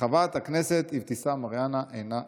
חברת הכנסת תמר זנדברג, אינה נוכחת,